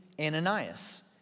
Ananias